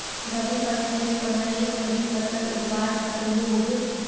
रवि फसलेर समयेत खरीफ फसल उगवार सकोहो होबे?